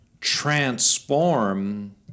transform